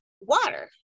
water